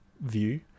view